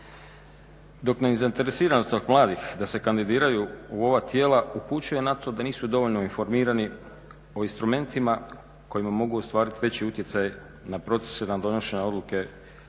dok nezainteresiranost mladih da se kandidiraju u ova tijela upućuje na to da nisu dovoljno informirani o instrumentima kojima mogu ostvariti veći utjecaj na procese i na donošenje odluka